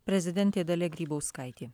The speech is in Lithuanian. prezidentė dalia grybauskaitė